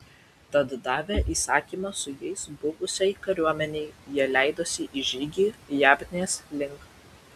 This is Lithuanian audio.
tad davę įsakymą su jais buvusiai kariuomenei jie leidosi į žygį jabnės link